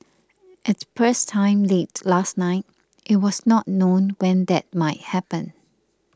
at press time late last night it was not known when that might happen